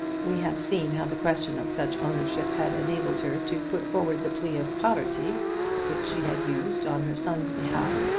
we have seen how the question of such ownership had enabled her to put forward the plea of poverty which she had used on her son's behalf.